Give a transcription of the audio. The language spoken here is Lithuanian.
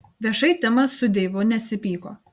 viešai timas su deivu nesipyko